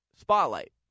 spotlight